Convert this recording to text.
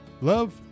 Love